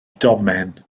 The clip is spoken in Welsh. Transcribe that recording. domen